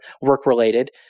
work-related